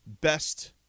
best